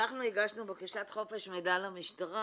אנחנו הגשנו בקשת חופש מידע למשטרה